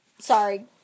Sorry